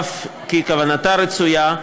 אף כי כוונתה רצויה,